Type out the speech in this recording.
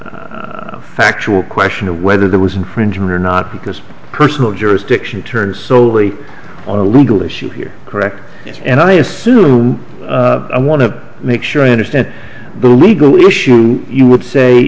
of factual question of whether there was infringement or not because personal jurisdiction turns so very on a legal issue here correct and i assume i want to make sure i understand the legal issue you would say